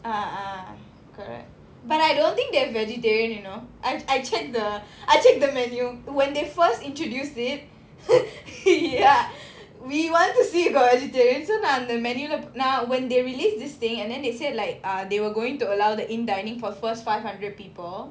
ah ah correct but I don't think they have vegetarian you know I I checked the I checked the menu when they first introduced it ya we want to see got vegetarian so நா அந்த:naa antha menu leh நா:naa when they released this thing and then they said like ah they were going to allow the in-dining for first five hundred people